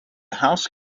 house